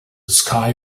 sky